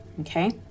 Okay